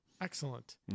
Excellent